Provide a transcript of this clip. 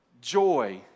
joy